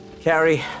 Carrie